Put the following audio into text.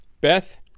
Beth